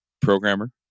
programmer